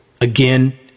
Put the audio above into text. again